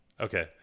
Okay